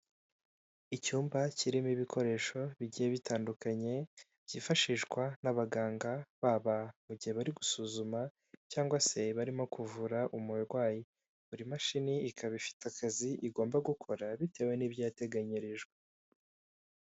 Icyumba kirimo ibikoresho bigiye bitandukanye byifashishwa n'abaganga baba mu gihe barigusuzuma cyangwa se barimo kuvura umurwayi. Buri mashini ikaba ifite akazi igomba gukora bitewe n'ibyo yateganyirijwe.